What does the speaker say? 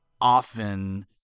often